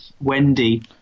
Wendy